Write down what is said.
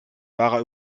wahrer